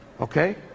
okay